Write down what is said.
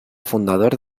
fundador